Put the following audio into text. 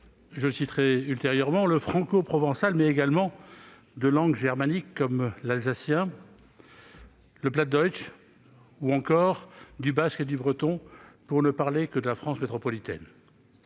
le catalan, le corse, le francoprovençal, mais également de langues germaniques, comme l'alsacien, le flamand occidental et le ou encore du basque et du breton- pour ne parler que de la France métropolitaine.